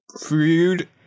Food